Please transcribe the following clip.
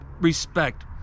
respect